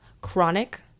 chronic